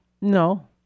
No